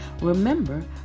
Remember